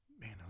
Man